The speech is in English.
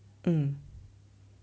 mm